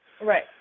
Right